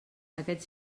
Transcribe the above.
aquest